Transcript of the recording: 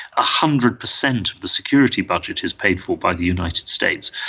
ah hundred percent of the security budget is paid for by the united states.